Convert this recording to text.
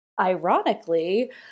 Ironically